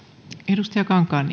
arvoisa